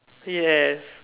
yes